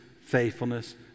faithfulness